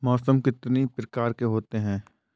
मौसम कितनी प्रकार के होते हैं?